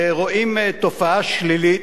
רואים תופעה שלילית,